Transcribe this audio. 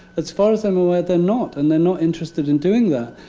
as far as i'm aware, they're not, and they're not interested in doing that.